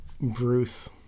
Bruce